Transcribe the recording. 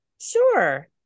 Sure